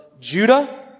Judah